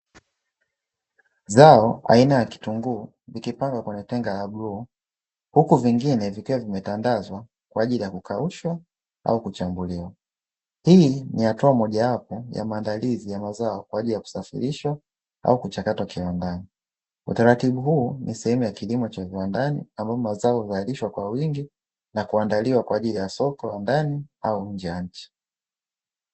Zao aina ya kitunguu likipangwa kwenye tenga la bluu, huku vingine vikiwa vimetandazwa kwa ajili ya kukaushwa au kuchambuliwa. Hii ni hatua mojawapo ya maandalizi ya mazao kwa ajili ya kusafirishwa au kuchakatwa kiwandani. Utaratibu huu ni sehemu ya kilimo cha viwandani ambapo mazao huzalishwa kwa wingi na kuandaliwa kwa ajili ya soko la ndani au nje ya nchi.